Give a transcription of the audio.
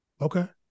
Okay